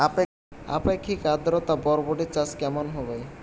আপেক্ষিক আদ্রতা বরবটি চাষ কেমন হবে?